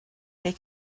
they